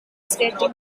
skating